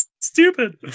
Stupid